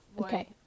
Okay